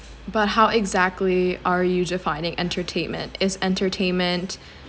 but how exactly are user finding entertainment is entertainment